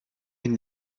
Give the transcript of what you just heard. ihn